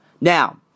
Now